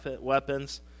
weapons